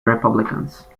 republicans